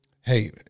hey